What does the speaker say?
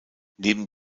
neben